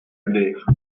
lecʼh